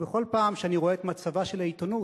ובכל פעם שאני רואה את מצבה של העיתונות,